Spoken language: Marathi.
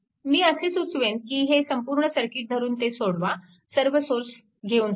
मी असे सुचवेन की हे संपूर्ण सर्किट धरून ते सोडवा सर्व सोर्स घेऊन सोडवा